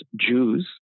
Jews